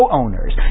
owners